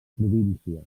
província